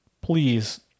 please